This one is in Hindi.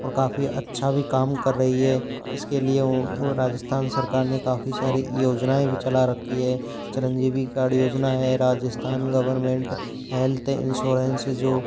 और काफ़ी अच्छा भी काम कर रही है इसके लिए वो वो राजिस्थान सरकार ने काफ़ी सारी योजनाएं भी चला रखी हैं चिरंजीवी कार्ड योजना है राजिस्थान गवरमेंट हेल्थ इंसोरेंस जो